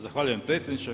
Zahvaljujem predsjedniče.